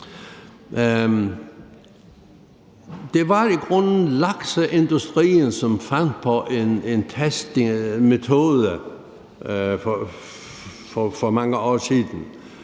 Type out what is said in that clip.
Det var i grunden lakseindustrien, som fandt på en testmetode for mange år siden,